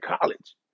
college